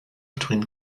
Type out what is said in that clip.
between